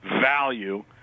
value